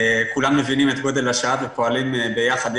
כולם מבינים את גודל השעה ופועלים ביחד,